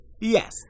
Yes